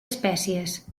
espècies